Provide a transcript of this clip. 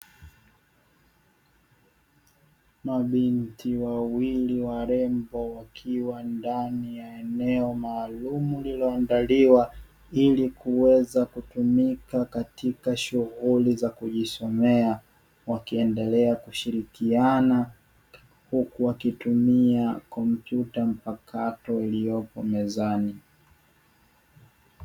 Mabinti wawili warembo wakiwa ndani ya eneo maalumu lililoandaliwa ili kuweza kutumika katika shughuli za kujisomea, wakiendelea kushirikiana huku wakitumia kompyuta mpakato iliyopo mezani.